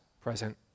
present